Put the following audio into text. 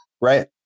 Right